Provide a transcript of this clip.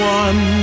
one